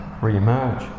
re-emerge